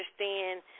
understand